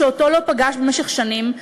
שאותו לא פגש במשך שנים,